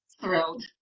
thrilled